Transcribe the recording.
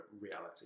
reality